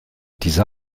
dieser